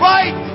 Right